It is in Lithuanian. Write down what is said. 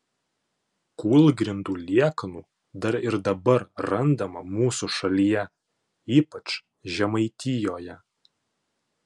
kūlgrindų liekanų dar ir dabar randama mūsų šalyje ypač žemaitijoje